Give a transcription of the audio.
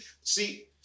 See